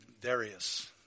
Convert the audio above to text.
Darius